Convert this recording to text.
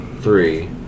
three